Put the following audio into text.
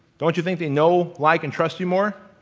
don't you think they know, like and trust you more?